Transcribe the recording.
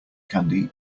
candy